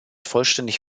vollständig